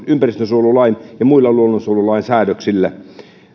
ympäristönsuojelulain ja luonnonsuojelulain säädöksillä